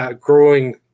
growing